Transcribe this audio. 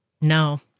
No